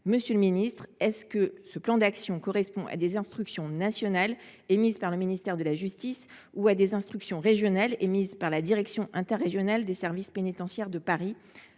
Monsieur le ministre, ce plan d’action répond il à des instructions nationales émises par le ministère de la justice ou à des instructions régionales émises par la direction interrégionale des services pénitentiaires de Paris ?